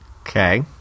Okay